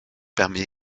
permet